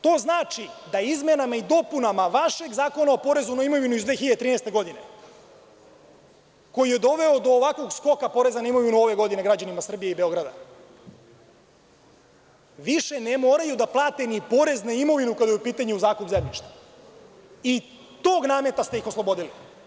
To znači da je izmenama i dopunama vašeg Zakona o porezu na imovinu iz 2013. godine, koji je doveo do ovakvog skoka poreza na imovinu ove godine građanima Srbije i Beograda, više ne moraju da plate ni porez na imovinu, kada je u pitanju zakup zemljišta, i tog nameta ste ih oslobodili.